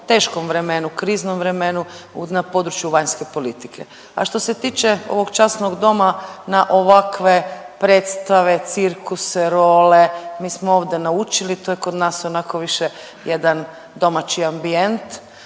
teškom vremenu, kriznom vremenu na području vanjske politike, a što se tiče ovog Časnog doma na ovakve predstave, cirkuse, role, mi smo ovde naučili, to je kod nas onako više jedan domaći ambijent,